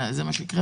כך יקרה.